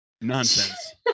Nonsense